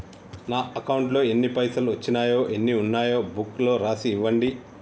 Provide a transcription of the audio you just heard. నా అకౌంట్లో ఎన్ని పైసలు వచ్చినాయో ఎన్ని ఉన్నాయో బుక్ లో రాసి ఇవ్వండి?